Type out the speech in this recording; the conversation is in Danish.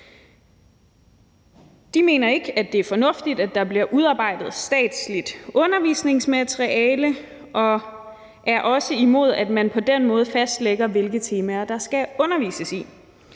De mener ikke, at det er fornuftigt, at der bliver udarbejdet statsligt undervisningsmateriale, og de er også imod, at man på den måde fastlægger, hvilke temaer der skal undervises i.